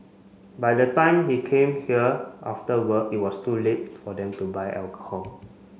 by the time he come here after work it was too late for them to buy alcohol